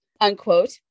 unquote